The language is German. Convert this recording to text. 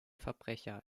verbrecher